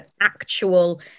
actual